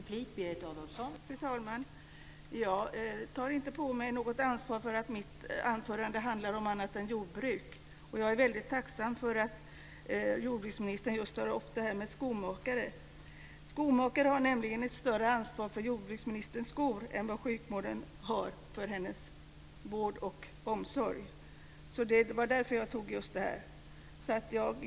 Fru talman! Jag tar inte på mig något ansvar för att mitt anförande handlar om annat än jordbruk. Jag är väldigt tacksam för att jordbruksministern tar upp just det här med skomakare. Skomakaren har nämligen ett större ansvar för jordbruksministerns skor än vad sjukvården har för hennes vård och omsorg. Det var därför jag tog upp just detta.